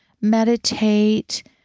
meditate